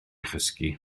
chysgu